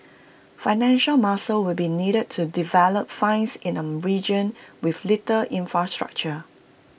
financial muscle will be needed to develop finds in A region with little infrastructure